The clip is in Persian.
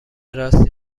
راستی